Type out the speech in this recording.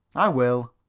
i will.